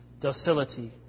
docility